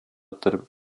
tarp